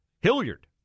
Hilliard